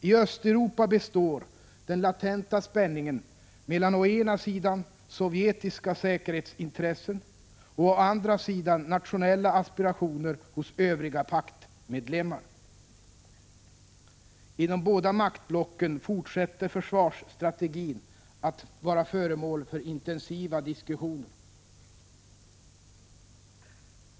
I Östeuropa består den latenta spänningen mellan å ena sidan sovjetiska säkerhetsintressen och å andra sidan nationella aspirationer hos övriga paktmedlemmar. Inom båda maktblocken fortsätter försvarsstrategin att vara föremål för intensiva diskussioner.